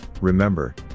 remember